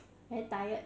very tired